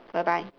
bye bye